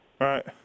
Right